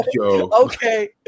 Okay